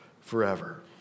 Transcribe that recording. forever